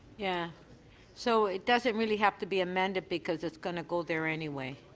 yeah so it doesn't really have to be amended because it's going to go there anyway.